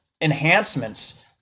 enhancements